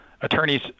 attorneys